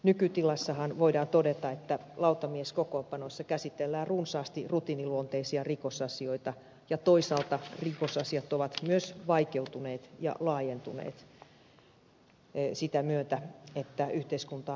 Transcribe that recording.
nykytilassahan voidaan todeta että lautamieskokoonpanossa käsitellään runsaasti rutiiniluonteisia rikosasioita ja toisaalta rikosasiat ovat myös vaikeutuneet ja laajentuneet sitä myötä että yhteiskunta on monimutkaistunut